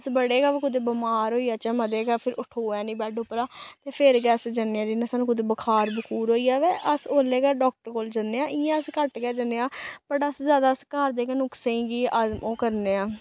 अस बड़े गै कुदै बमार होई जाच्चे मते गै फिर उठोऐ निं बैड्ड उप्परा ते फिर गै अस जन्ने आं जि'यां सानूं कुतै बखार बखूर होई गेआ ते अस ओल्लै गै डाक्टर कोल जन्ने आं इ'यां अस घट्ट गै जन्ने आं बट अस जैदा अस घर दे गै नुस्खें गी आज ओह् करने आं